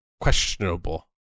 questionable